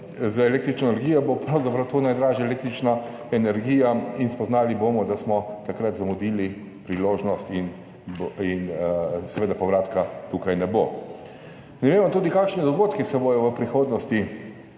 z električno energijo, bo pravzaprav to najdražja električna energija in spoznali bomo, da smo takrat zamudili priložnost. Seveda povratka tukaj ne bo. Ne vemo pa tudi, kakšni dogodki se bodo še zgodili